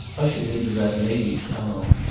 ushered into that lady's salon,